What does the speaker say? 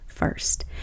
first